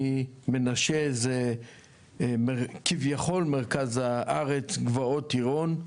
אני, מנשה זה כביכול מרכז הארץ גבעות עירון.